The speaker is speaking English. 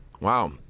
Wow